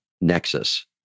Nexus